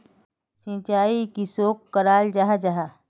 सिंचाई किसोक कराल जाहा जाहा?